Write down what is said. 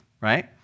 right